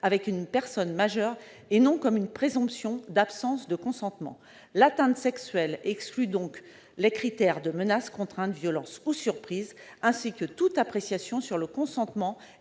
avec une personne majeure, et non comme une présomption d'absence de consentement. L'atteinte sexuelle exclut donc les critères de menace, de contrainte, de violence ou de surprise, ainsi que toute appréciation sur le consentement